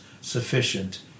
sufficient